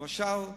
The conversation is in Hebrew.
למשל בצפון,